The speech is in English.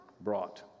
brought